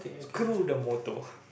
screw the bottle